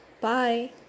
Bye